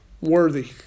worthy